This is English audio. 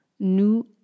Nous